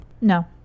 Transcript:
No